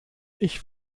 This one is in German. ich